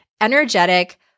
energetic